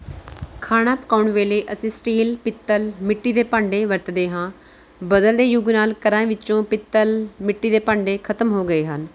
ਖਾਣਾ ਪਕਾਉਣ ਵੇਲੇ ਅਸੀਂ ਸਟੀਲ ਪਿੱਤਲ ਮਿੱਟੀ ਦੇ ਭਾਂਡੇ ਵਰਤਦੇ ਹਾਂ ਬਦਲਦੇ ਯੁੱਗ ਨਾਲ ਘਰਾਂ ਵਿੱਚੋਂ ਪਿੱਤਲ ਮਿੱਟੀ ਦੇ ਭਾਂਡੇ ਖਤਮ ਹੋ ਗਏ ਹਨ